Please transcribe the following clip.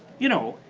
you know,